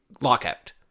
lockout